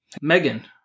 Megan